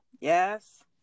Yes